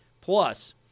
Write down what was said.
plus